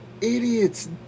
idiots